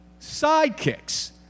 sidekicks